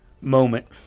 moment